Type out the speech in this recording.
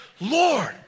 Lord